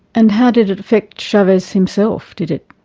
and how did it affect chavez himself? did it